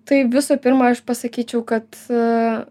tai visų pirma aš pasakyčiau kad